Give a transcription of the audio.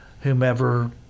whomever